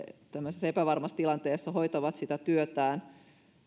tämmöisessä epävarmassa tilanteessa hoitavat sitä työtään